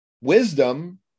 Wisdom